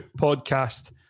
podcast